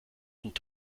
und